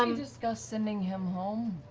um discuss sending him home?